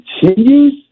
continues